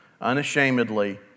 Unashamedly